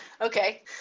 okay